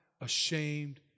ashamed